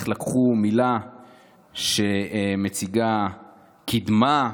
איך לקחו מילה שמציגה קדמה,